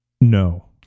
No